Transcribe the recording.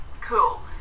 cool